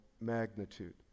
magnitude